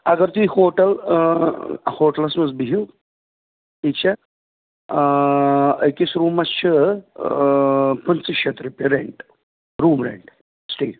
اَگر تُہۍ ہوٹَل ہوٹلَس منٛز بہو ٹھیٖک چھا آ أکِس روٗمَس چھِ پٕنٛژٕہ شَتھ رۄپیہِ رینٛٹ روٗم رینٛٹ ٹھیٖک